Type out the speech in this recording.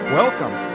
welcome